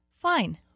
fine